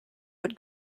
but